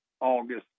August